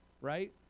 Right